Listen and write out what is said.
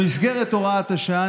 במסגרת הוראת השעה,